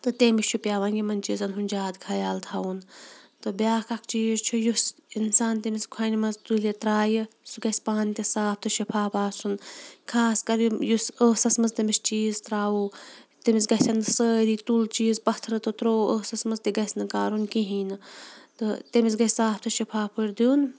تہٕ تٔمِس چھُ پیٚوان یِمَن چیٖزَن ہُنٛد زیادٕ خیال تھَوُن تہٕ بیٛاکھ اَکھ چیٖز چھِ یُس اِنسان تٔمِس کھۄنہِ منٛز تُلہِ ترٛایہِ سُہ گژھِ پانہٕ تہِ صاف تہٕ شِفاف آسُن خاص کَر یِم یُس ٲسَس منٛز تٔمِس چیٖز ترٛاوَو تٔمِس گژھن سٲری تُل چیٖز پٔتھرٕ تہٕ ترٛوو ٲسَس منٛز تہِ گژھِ نہٕ کَرُن کِہیٖنۍ نہٕ تہٕ تٔمِس گژھِ صاف تہٕ شِفاف پٲٹھۍ دیُن